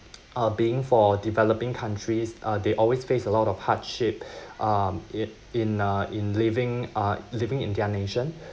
uh being for developing countries uh they always faced a lot of hardship um it in uh in living uh living in their nation